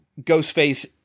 Ghostface